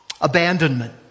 Abandonment